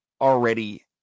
already